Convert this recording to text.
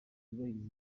yubahiriza